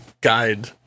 guide